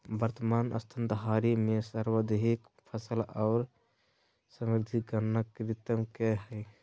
वर्तमान स्तनधारी में सर्वाधिक सफल और समृद्ध गण कृंतक के हइ